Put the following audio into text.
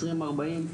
2040,